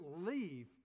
leave